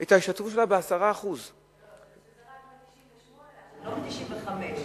את ההשתתפות שלה ב-10% זה מ-1998, לא מ-1995.